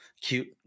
cute